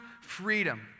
freedom